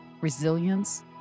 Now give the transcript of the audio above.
resilience